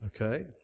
Okay